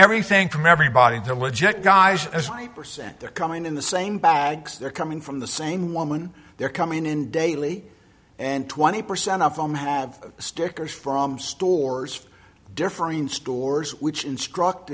everything from everybody to legit guys as five percent they're coming in the same bags they're coming from the same woman they're coming in daily and twenty percent of them have stickers from stores different stores which instruct